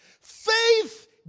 Faith